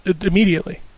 immediately